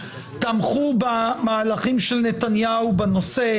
תמכו במהלכים של נתניהו בנושא,